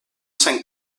sant